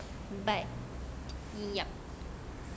but yup